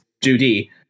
Judy